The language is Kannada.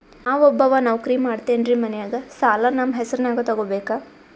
ನಾ ಒಬ್ಬವ ನೌಕ್ರಿ ಮಾಡತೆನ್ರಿ ಮನ್ಯಗ ಸಾಲಾ ನಮ್ ಹೆಸ್ರನ್ಯಾಗ ತೊಗೊಬೇಕ?